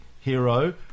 hero